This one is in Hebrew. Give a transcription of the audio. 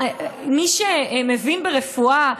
מי שמבין ברפואה,